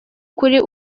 kuri